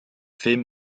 film